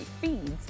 feeds